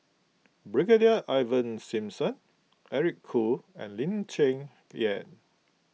Brigadier Ivan Simson Eric Khoo and Lee Cheng Yan